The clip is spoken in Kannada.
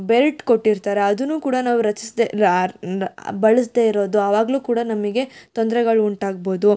ಬೆಲ್ಟ್ ಕೊಟ್ಟಿರ್ತಾರೆ ಅದನ್ನು ಕೂಡ ನಾವು ರಚಿಸ್ದೆ ಬಳಸದೆ ಇರೋದು ಆವಾಗಲೂ ಕೂಡ ನಮಗೆ ತೊಂದರೆಗಳು ಉಂಟಾಗ್ಬೋದು